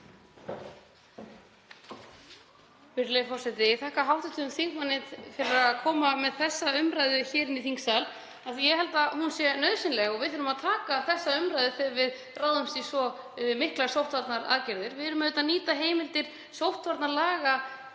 Virðulegi forseti. Ég þakka hv. þingmanni fyrir að koma með þessa umræðu hingað inn í þingsal, ég held að hún sé nauðsynleg. Við þurfum að taka þessa umræðu þegar við ráðumst í svo miklar sóttvarnaaðgerðir. Við erum að nýta heimildir sóttvarnalaga